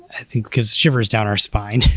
i think, because shivers down our spine.